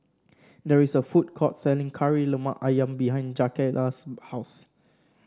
there is a food court selling Kari Lemak ayam behind Jakayla's house